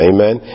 Amen